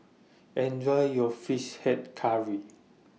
Enjoy your Fish Head Curry